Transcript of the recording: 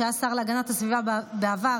שהיה השר להגנת הסביבה בעבר,